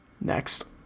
Next